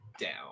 down